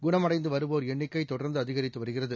குணமடைந்து வருவோா் எண்ணிக்கை தொடா்ந்து அதிகித்து வருகிறது